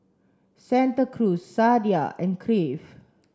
Santa Cruz Sadia and Crave